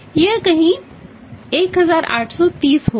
यह कहीं 1830 होगा